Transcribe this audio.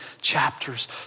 chapters